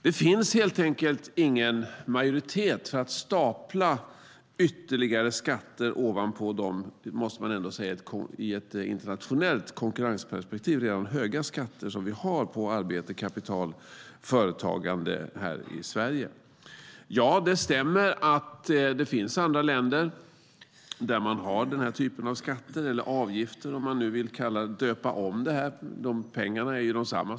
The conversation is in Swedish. Det finns helt enkelt ingen majoritet för att stapla ytterligare skatter ovanpå de - det måste man ändå säga i ett internationellt konkurrensperspektiv - redan höga skatter som vi har på arbete, kapital och företagande här i Sverige. Ja, det stämmer att det finns andra länder där det finns den typen av skatter eller avgifter - om man nu vill döpa om dem. Pengarna som ska ut är desamma.